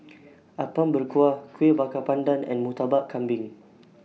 Apom Berkuah Kueh Bakar Pandan and Murtabak Kambing